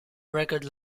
record